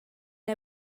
era